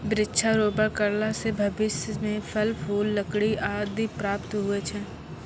वृक्षारोपण करला से भविष्य मे फल, फूल, लकड़ी आदि प्राप्त हुवै छै